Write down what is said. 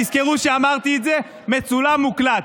תזכרו שאמרתי את זה, מצולם ומוקלט.